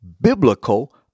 Biblical